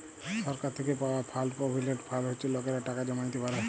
সরকার থ্যাইকে পাউয়া fund provident fund হছে লকেরা টাকা জ্যমাইতে পারে